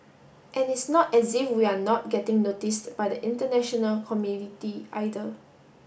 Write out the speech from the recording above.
and it's not as if we're not getting noticed by the international community either